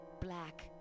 Black